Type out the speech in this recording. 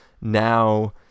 now